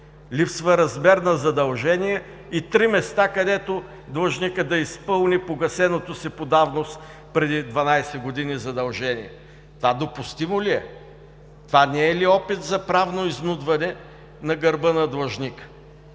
липсва размер на задължение, и три места, където длъжникът да изпълни погасеното си по давност преди 12 години задължение. Това допустимо ли е? Това не е ли опит за правно изнудване на гърба на длъжника?